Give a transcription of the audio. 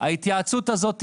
ההתייעצות הזאת,